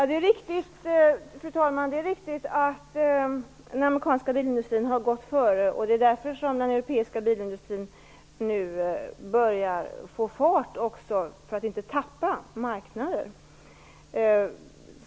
Fru talman! Det är riktigt att den amerikanska bilindustrin har gått före. Den europeiska bilindustrin börjar nu sätta fart för att inte tappa marknader.